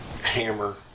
hammer